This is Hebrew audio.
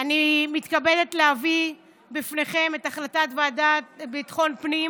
אני מתכבדת להביא בפניכם את החלטת ועדת ביטחון הפנים